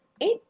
eight